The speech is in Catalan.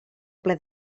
ple